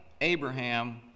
Abraham